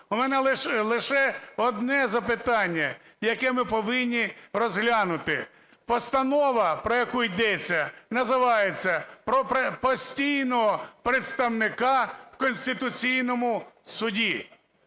У мене лише одне запитання, яке ми повинні розглянути. Постанова, про яку йдеться, називається про постійного представника в Конституційному Суді.